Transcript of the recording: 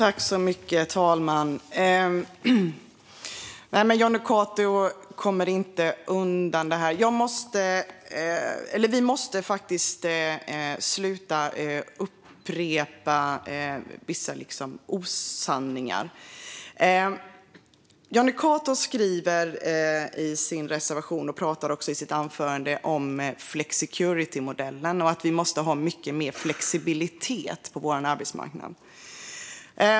Fru talman! Jonny Cato kommer inte undan. Vi måste sluta upprepa vissa osanningar. Jonny Cato skriver i sin reservation, och pratade också i sitt anförande, om flexicuritymodellen och att vi måste ha mycket mer flexibilitet på vår arbetsmarknad.